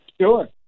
Sure